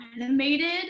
animated